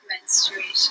menstruation